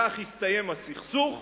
בכך יסתיים הסכסוך.